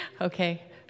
okay